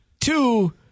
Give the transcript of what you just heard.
Two